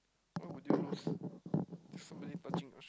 why would you is somebody touching